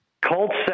Colts